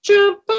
Jump